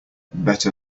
better